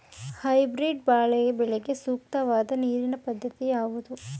Hybrid ಬಾಳೆ ಬೆಳೆಗೆ ಸೂಕ್ತವಾದ ನೀರಿನ ಪದ್ಧತಿ ಯಾವುದು?